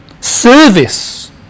Service